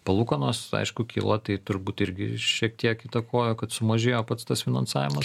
palūkanos aišku kilo tai turbūt irgi šiek tiek įtakojo kad sumažėjo pats tas finansavimas